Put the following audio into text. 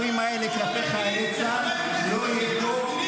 להשתמש בביטויים האלה כלפי חיילי צה"ל לא יהיה פה.